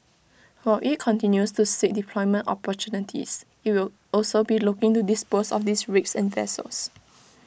while IT continues to seek deployment opportunities IT will also be looking to dispose of these rigs and vessels